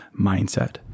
mindset